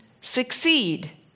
succeed